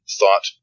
thought